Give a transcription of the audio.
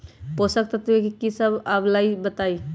पोषक तत्व म की सब आबलई बताई?